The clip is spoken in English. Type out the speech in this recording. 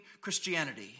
Christianity